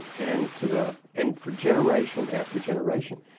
and to the and for generation after generation.